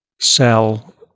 sell